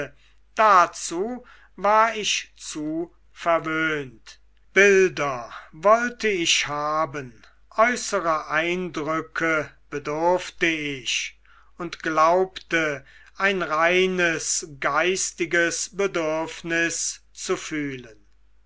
dazu war ich zu verwöhnt bilder wollte ich haben äußere eindrücke bedurfte ich und glaubte ein reines geistiges bedürfnis zu fühlen